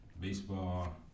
baseball